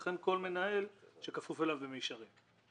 ולכן כל מנהל שכפוף אליו במישרין.